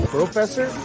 Professor